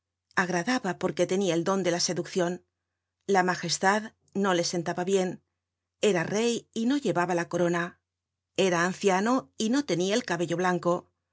agradaba porque tenia el do de la seduccion la magestad no le sentaba bien era rey y no llevaba la corona era anciano y no tenia el cabello blanco